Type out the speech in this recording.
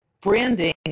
branding